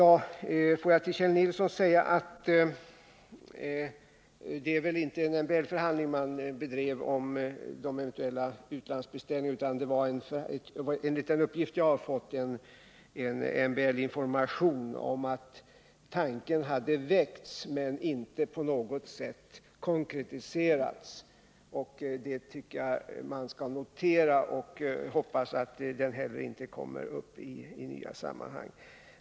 Får jag till Kjell Nilsson säga: Det var väl inte MBL-förhandlingar man bedrev om de eventuella utlandsbeställningarna. Enligt den uppgift jag fått var det en MBL-information om att tanken hade väckts men inte på något sätt konkretiserats. Det tycker jag man skall notera. Och vi får hoppas att tanken inte kommer upp i nya sammanhang.